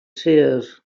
seers